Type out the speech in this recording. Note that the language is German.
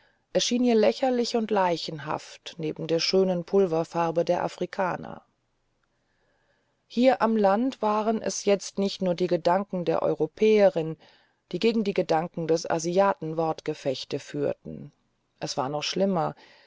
erschien ihr lächerlich und leichenhaft neben der schönen pulverfarbe der afrikaner hier am land waren es jetzt nicht nur die gedanken der europäerin die gegen die gedanken des asiaten wortgefechte führten es war noch schlimmer